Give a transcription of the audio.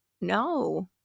no